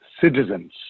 citizens